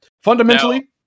fundamentally